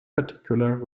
particular